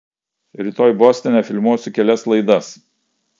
rytoj bostone filmuosiu kelias laidas